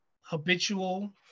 habitual